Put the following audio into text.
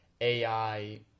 AI